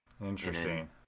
Interesting